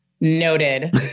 noted